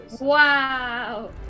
Wow